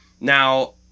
now